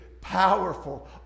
powerful